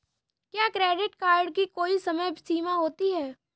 क्या credit card की कोई समय सीमा होती है?